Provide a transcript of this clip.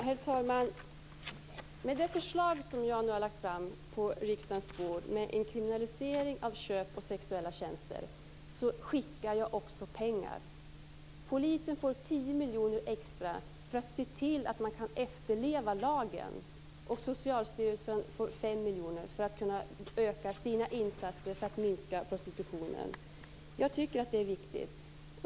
Herr talman! Med det förslag som jag nu har lagt fram på riksdagens bord om en kriminalisering av köp av sexuella tjänster skickar jag också pengar. Polisen får 10 miljoner extra för att kunna efterleva lagen. Socialstyrelsen får 5 miljoner för att kunna öka sina insatser för att minska prostitutionen. Jag tycker att det är viktigt.